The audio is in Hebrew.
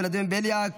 ולדימיר בליאק,